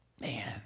man